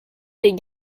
des